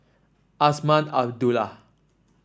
Azman Abdullah